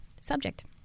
subject